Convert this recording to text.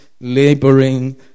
laboring